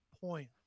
point